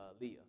Leah